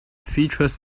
features